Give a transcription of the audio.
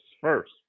first